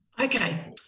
okay